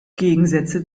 gegensätze